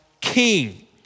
king